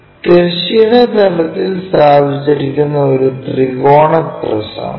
തിരശ്ചീന തലത്തിൽ സ്ഥാപിച്ചിരിക്കുന്ന ഒരു ത്രികോണ പ്രിസം